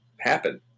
happen